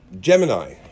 Gemini